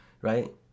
Right